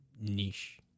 niche